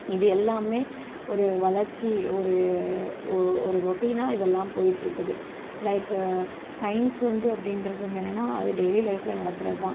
இது எல்லாமே ஒரு வளர்ச்சி ஒரு ஒ ஒரு ரொட்டினாக இதெல்லாம் போயிகிட்ருக்குது லைக்கு சயின்ஸ் வந்து அப்படின்றதுவந்து என்னென்னா அது டெய்லி லைஃப்ல நடக்கிறதுதான்